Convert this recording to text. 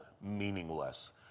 meaningless